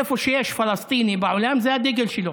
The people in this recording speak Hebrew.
איפה שיש פלסטיני בעולם, זה הדגל שלו.